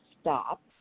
STOP